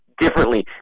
differently